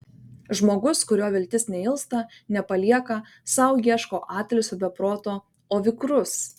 žmogus kurio viltis neilsta nepalieka sau ieško atilsio be proto o vikrus